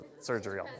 Surgery